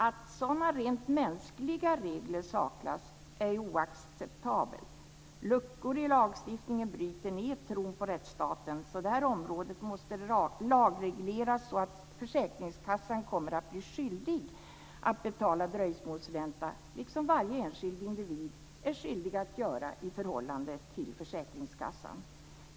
Att sådana rent mänskliga regler saknas är oacceptabelt. Luckor i lagstiftningen bryter ned tron på rättsstaten. Det här området måste lagregleras så att försäkringskassan kommer att bli skyldig att betala dröjsmålsränta, liksom varje enskild individ är skyldig att göra i förhållande till försäkringskassan.